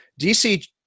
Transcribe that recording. dc